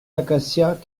acacias